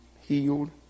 healed